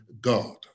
God